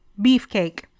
Beefcake